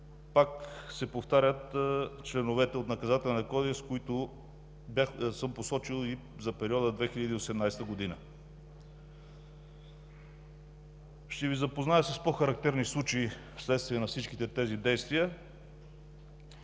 Пак се повтарят членовете от Наказателния кодекс, които съм посочил и за периода 2018 г. Ще Ви запозная с пό характерни случаи вследствие на всичките тези действия.